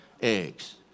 eggs